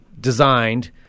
designed